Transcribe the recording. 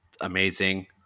amazing